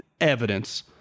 evidence